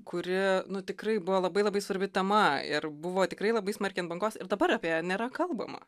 kuri nu tikrai buvo labai labai svarbi tema ir buvo tikrai labai smarkiai bangos ir dabar apie nėra kalbama